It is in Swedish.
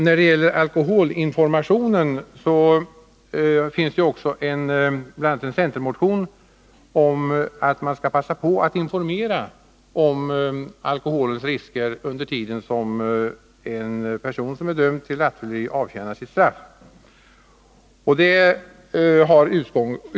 När det gäller alkoholinformationen finns det bl.a. en centermotion om att man skall passa på att under den tid en person som är dömd för rattfylleri avtjänar sitt straff informera denne om alkoholens risker och skadeverkningar.